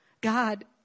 God